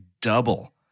double